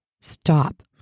Stop